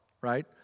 right